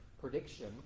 prediction